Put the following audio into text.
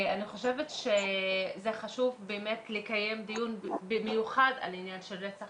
אני חושבת שזה חשוב לקיים דיון במיוחד על עניין של רצח